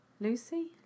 Lucy